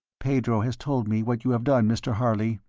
pedro has told me what you have done, mr. harley,